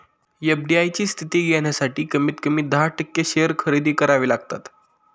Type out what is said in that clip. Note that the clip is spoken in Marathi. एफ.डी.आय ची स्थिती घेण्यासाठी कमीत कमी दहा टक्के शेअर खरेदी करावे लागतात